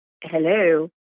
hello